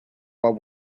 what